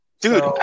Dude